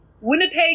Winnipeg